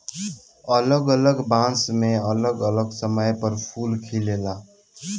अलग अलग बांस मे अलग अलग समय पर फूल खिलेला